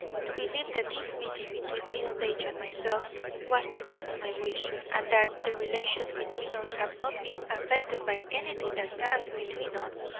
to believe that this meeting between miss page and myself was against my wish, and that the relations between us have not been affected by anything that passed between us.